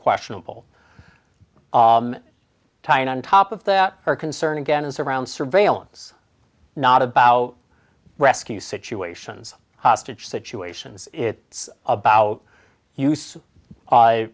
questionable tying on top of that our concern again is around surveillance not about rescue situations hostage situations it's about